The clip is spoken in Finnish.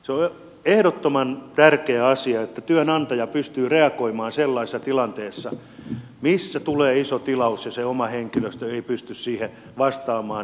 on ehdottoman tärkeä asia että työnantaja pystyy reagoimaan sellaisessa tilanteessa missä tulee iso tilaus ja se oma henkilöstö ei pysty siihen vastaamaan